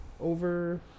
Over